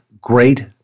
great